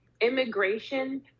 immigration